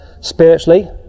spiritually